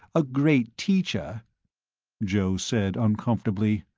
a great teacher joe said, uncomfortably,